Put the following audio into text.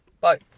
Bye